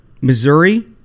Missouri